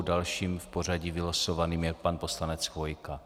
Dalším v pořadí vylosovaným je pan poslanec Chvojka.